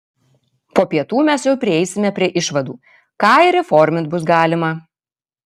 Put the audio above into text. po pietų mes jau prieisime prie išvadų ką ir įformint bus galima